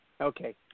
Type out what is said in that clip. Okay